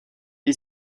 est